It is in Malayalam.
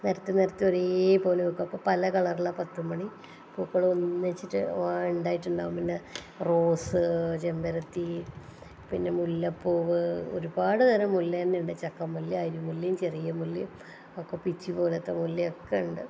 നിരത്തി നിരത്തി ഒരേപോലെ വയ്ക്കും അപ്പം പല കളറിലുള്ള പത്തുമണി പൂക്കൾ ഒന്നിച്ചിട്ടു ഉണ്ടായിട്ടുണ്ടാവും പിന്നെ റോസ് ചെമ്പരത്തി പിന്നെ മുല്ലപ്പൂവ് ഒരുപാട് തരം മുല്ല തന്നെയുണ്ട് ചക്ക മുല്ല അരി മുല്ല ചെറിയ മുല്ലയും ഒക്കെ പിച്ചി പോലത്തെ മുല്ലയും ഒക്കെ ഉണ്ട്